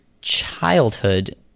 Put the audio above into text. childhood